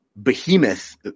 Behemoth